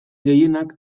gehienak